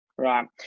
Right